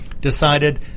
decided